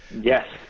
Yes